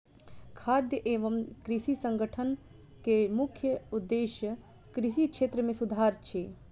खाद्य एवं कृषि संगठन के मुख्य उदेश्य कृषि क्षेत्र मे सुधार अछि